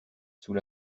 sous